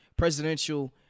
presidential